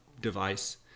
device